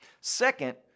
Second